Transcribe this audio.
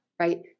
right